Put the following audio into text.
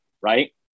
right